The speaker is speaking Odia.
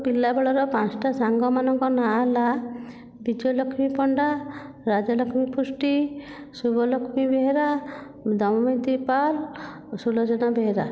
ପିଲାବେଳର ପାଞ୍ଚଟା ସାଙ୍ଗମାନଙ୍କ ନାଁ ହେଲା ବିଜୟ ଲକ୍ଷ୍ମୀ ପଣ୍ଡା ରାଜଲକ୍ଷ୍ମୀ ପୃଷ୍ଟି ଶୁଭଲକ୍ଷ୍ମୀ ବେହେରା ଦମୟନ୍ତୀ ପାଲ୍ ଓ ସୁଲୋଚନା ବେହେରା